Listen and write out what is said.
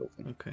Okay